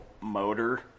motor